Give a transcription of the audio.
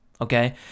okay